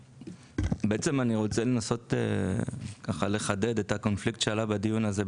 בעצם אני רוצה לנסות ככה לחדד את הקונפליקט שעלה בדיון הזה.